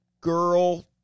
girl